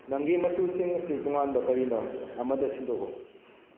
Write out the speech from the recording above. ꯅꯪꯒꯤ ꯃꯆꯨꯁꯤꯡ ꯑꯁꯤ ꯇꯣꯉꯥꯟꯕ ꯀꯔꯤꯅꯣ ꯑꯃꯗ ꯁꯤꯟꯗꯣꯛꯎ